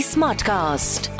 Smartcast